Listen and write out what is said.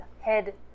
head